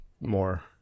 more